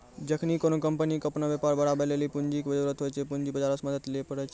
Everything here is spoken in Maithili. जखनि कोनो कंपनी के अपनो व्यापार बढ़ाबै लेली पूंजी के जरुरत होय छै, पूंजी बजारो से मदत लिये पाड़ै छै